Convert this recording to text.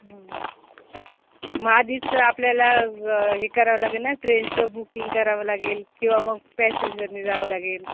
मग आधीच आपल्याला हे करावं लागेल ना ट्रेनचं बुकिंग करावं लागेल किंवा मग पॅसेंजरने जावं लागेल